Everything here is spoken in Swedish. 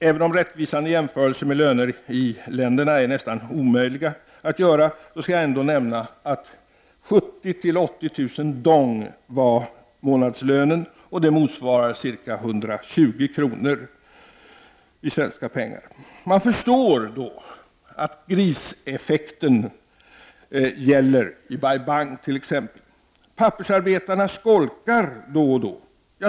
Även om rättvisande jämförelser med lönerna i industriländerna är nästan omöjliga att göra, så skall jag ändå nämna att månadslönen var 70 000—80 000 dong, vilket motsvarar ca 120 kr. i svenska pengar. Man förstår då att ”griseffekten” gäller i Bai-Bang. Pappersarbetarna skolkar helt enkelt då och då.